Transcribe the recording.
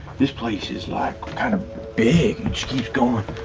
this place is like kind of big, it keeps going